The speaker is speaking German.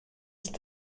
ist